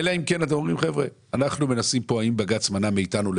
אם כן אתם אומרים שאם בג"ץ מנע מאתנו,